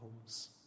homes